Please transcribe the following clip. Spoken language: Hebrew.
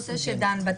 לא זה שדן בתיק.